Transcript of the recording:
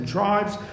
Tribes